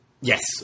Yes